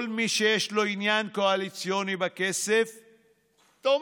כל מי שיש לו עניין קואליציוני בכסף תומך.